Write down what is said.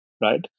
right